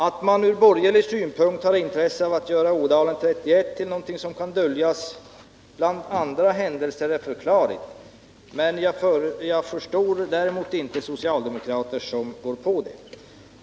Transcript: Att de borgerliga har intresse av att göra Ådalenhändelserna 1931 till något som kan döljas bland andra händelser är förklarligt. Men jag förstår inte de socialdemokrater som går på det.